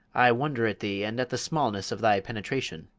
i wonder at thee and at the smallness of thy penetration,